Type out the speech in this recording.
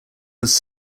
was